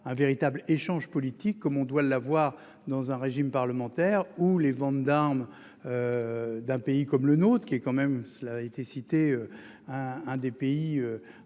un véritable échange politique comme on doit l'avoir, dans un régime parlementaire ou les ventes d'armes. D'un pays comme le nôtre qui est quand même cela a été cité. Un, un des pays